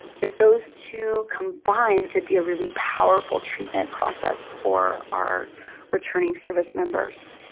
that those two combined could be a really powerful treatment process for our returning service members.